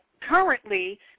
Currently